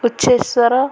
ଉଛେଶ୍ଵର